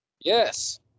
Yes